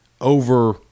Over